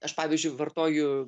aš pavyzdžiui vartoju